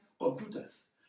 computers